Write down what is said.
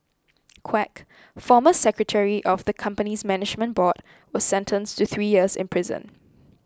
Quek former secretary of the company's management board was sentenced to three years in prison